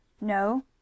No